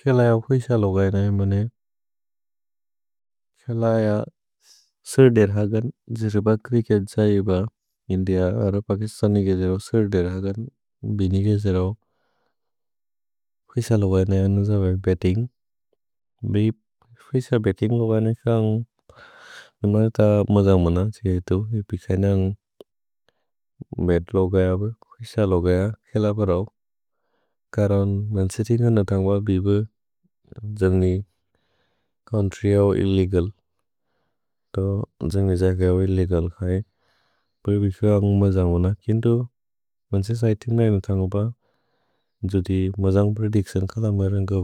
खेल अय ख्विश लोगय्ने मने, खेल अय सेर्देर्हगन्, जिर्ब च्रिच्केत् जहिब इन्दिअ अर्र पकिस्तनिके जेरो सेर्देर्हगन्, बिनिके जेरो ख्विश लोगय्ने अन्ज बै बैतिन्ग्। ख्विश बैतिन्ग् लोगय्ने अन्ज मज मन। ख्विश लोगय्ने खेल बरओ। करन् मन्से तिन न थन्ग्ब बिबे जन्गि चोउन्त्र्य् अव इल्लेगल्। जन्गि जगे अव इल्लेगल् खये। ख्विश लोगय्ने अन्ज मज मन। करन् मन्से तिन न थन्ग्ब बिबे जन्गि चोउन्त्र्य् अव इल्लेगल्। जन्गि लोगय्ने अन्ज मज मन। करन् मन्से तिन न थन्ग्ब